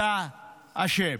אתה אשם.